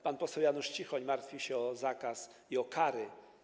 Pan poseł Janusz Cichoń martwił się o zakaz i kary.